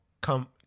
come